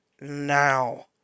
now